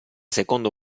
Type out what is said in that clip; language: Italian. secondo